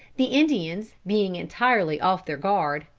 the indians being entirely off their guard,